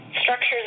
Structures